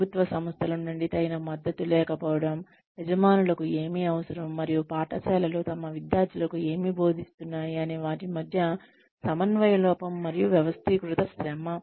ప్రభుత్వ సంస్థల నుండి తగిన మద్దతు లేకపోవడం యజమానులకు ఏమి అవసరం మరియు పాఠశాలలు తమ విద్యార్థులకు ఏమి బోధిస్తాయి అనే వాటి మధ్య సమన్వయ లోపం మరియు వ్యవస్థీకృత శ్రమ